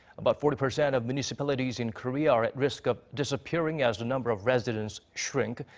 about forty percent of municipalities in korea are at risk of disappearing as the number of residents shrink.